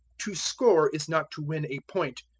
to score is not to win a point,